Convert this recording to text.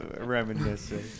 reminiscing